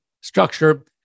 structure